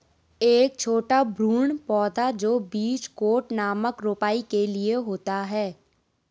एक छोटा भ्रूण पौधा जो बीज कोट नामक रोपाई के लिए होता है